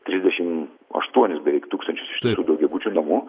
trisdešim aštuonis beveik tūkstančius daugiabučių namų